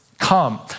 Come